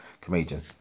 comedian